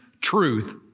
truth